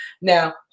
Now